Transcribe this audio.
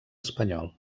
espanyol